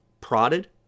prodded